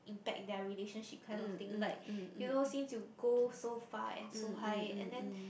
impact their relationship kind of thing like you know since you go so far and so high and then